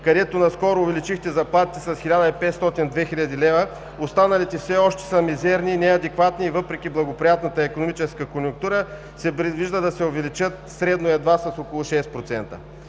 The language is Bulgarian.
където наскоро увеличихте заплатите с 1500 – 2000 лв., останалите все още са мизерни и неадекватни, и въпреки благоприятната икономическа конюнктура, се предвижда да се увеличат средно едва с около 6%.